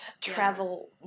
travel